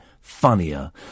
funnier